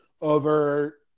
over